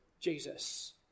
Jesus